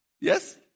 Yes